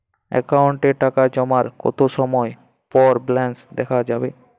অ্যাকাউন্টে টাকা জমার কতো সময় পর ব্যালেন্স দেখা যাবে?